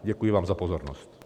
Děkuji vám za pozornost.